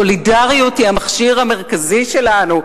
סולידריות היא המכשיר המרכזי שלנו,